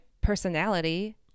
personality